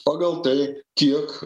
pagal tai kiek